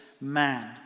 man